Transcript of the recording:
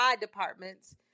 departments